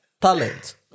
talent